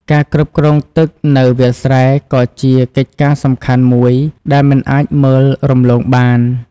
ការគ្រប់គ្រងទឹកនៅវាលស្រែក៏ជាកិច្ចការសំខាន់មួយដែលមិនអាចមើលរំលងបាន។